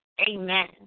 Amen